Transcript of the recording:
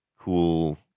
cool